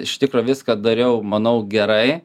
iš tikro viską dariau manau gerai